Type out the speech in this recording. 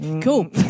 cool